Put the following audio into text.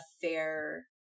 fair